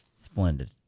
Splendid